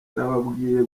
nababwiye